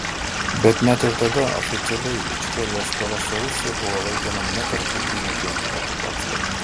bet net ir tada oficialiai ičkerijos kova su rusija buvo laikoma netarptautiniu ginkluotu konfliktu